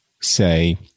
say